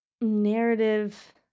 narrative